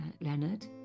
Leonard